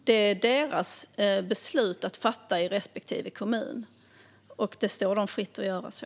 Det är respektive kommuns beslut att fatta; det står dem fritt att göra så.